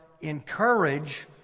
encourage